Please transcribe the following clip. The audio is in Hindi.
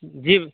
जी